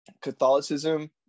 Catholicism